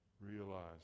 Realize